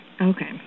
Okay